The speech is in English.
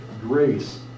grace